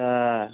अऽ